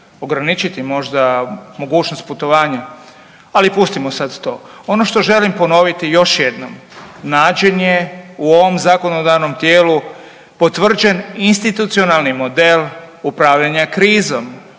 ograničiti možda mogućnost putovanja, ali pustimo sad to. Ono što želim ponoviti još jednom, način je u ovom zakonodavnom tijelu potvrđen institucionalni model upravljanja krizom.